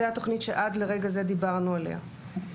זה התוכנית שעד לרגע זה דיברנו עליה.